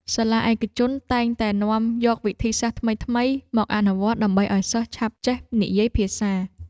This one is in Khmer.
សាលាឯកជនតែងតែនាំយកវិធីសាស្ត្រថ្មីៗមកអនុវត្តដើម្បីឱ្យសិស្សឆាប់ចេះនិយាយភាសា។